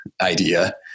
idea